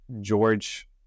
george